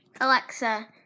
Alexa